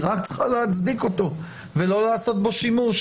היא רק צריכה להצדיק אותו ולא לעשות בו שימוש,